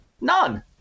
none